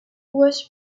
was